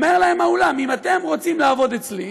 אומר להם האולם: אם אתם רוצים לעבוד אצלי,